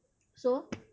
so